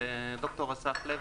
אני ד"ר אסף לוי,